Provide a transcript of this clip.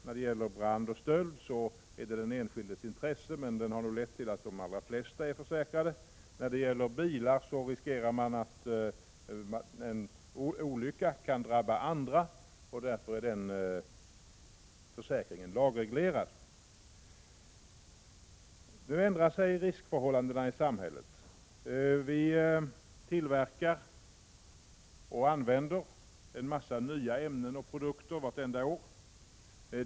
När det gäller brand och stöld ligger det i den enskildes intresse att ha en försäkring, och detta har nu lett till att de allra flesta är försäkrade. När det gäller bilolyckor riskerar man att drabba andra, och därför är försäkringen lagreglerad. Nu ändrar sig riskförhållandena i samhället. Vi tillverkar och använder varje år en mängd nya ämnen och produkter.